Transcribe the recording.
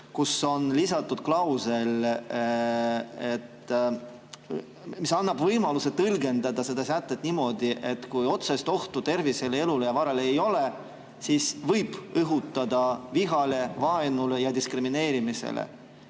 Seal on lisatud klausel, mis annab võimaluse tõlgendada seda sätet niimoodi, et kui otsest ohtu tervisele, elule ja varale ei ole, siis võib õhutada vihale, vaenule ja diskrimineerimisele.